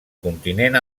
continent